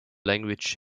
language